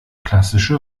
klassische